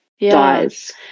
dies